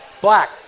Black